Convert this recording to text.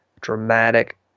dramatic